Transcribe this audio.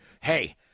hey